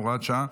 הוראת שעה),